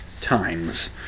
times